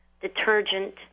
detergent